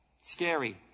Scary